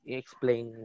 explain